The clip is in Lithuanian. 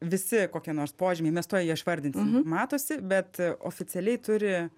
visi kokie nors požymiai mes tuoj išvardinsim matosi bet oficialiai turi